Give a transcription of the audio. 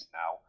now